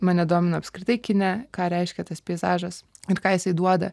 mane domina apskritai kine ką reiškia tas peizažas ir ką jisai duoda